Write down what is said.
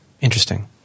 Interesting